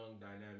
dynamic